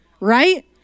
right